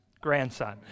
grandson